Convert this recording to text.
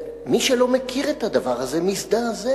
מי שלא מכיר את הדבר הזה מזדעזע.